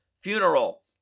funeral